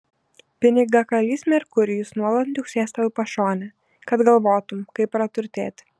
pinigakalys merkurijus nuolat niuksės tau į pašonę kad galvotum kaip praturtėti